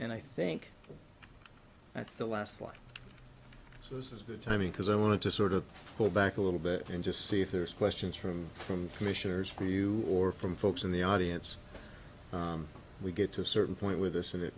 and i think that's the last line so this is good timing because i want to sort of go back a little bit and just see if there's questions from from commissioners for you or from folks in the audience we get to a certain point with this and it